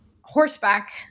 horseback